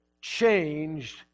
changed